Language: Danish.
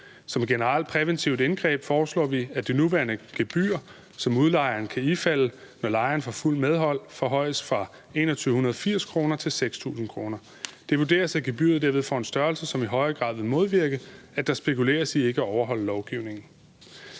Som et generelt præventivt indgreb foreslår vi, at det nuværende gebyr, som udlejeren kan ifalde, når lejeren får fuldt medhold, forhøjes fra 2.180 kr. til 6.000 kr. Det vurderes, at gebyret derved får en størrelse, som i højere grad vil modvirke, at der spekuleres i ikke at overholde lovgivningen.